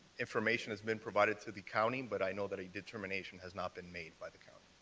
information has been provided to the county, but i know that a determination has not been made by the county.